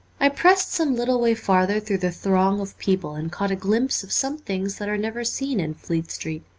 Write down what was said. i pressed some little way farther through the throng of people, and caught a glimpse of some things that are never seen in fleet street,